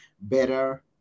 better